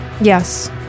Yes